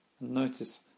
Notice